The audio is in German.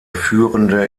führende